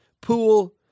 pool